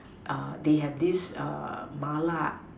they have this Mala